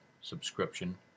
subscription